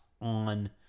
on